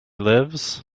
lives